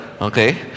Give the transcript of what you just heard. okay